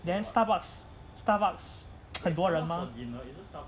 then starbucks starbucks 很多人 mah